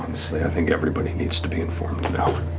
honestly, i think everybody needs to be informed now.